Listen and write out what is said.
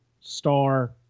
star